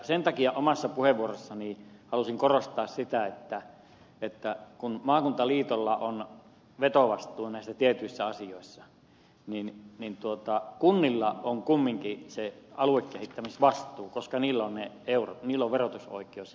sen takia omassa puheenvuorossani halusin korostaa sitä että kun maakuntaliitolla on vetovastuu näissä tietyissä asioissa niin kunnilla on kumminkin se aluekehittämisvastuu koska niillä on ne eurot niillä on verotusoikeus jnp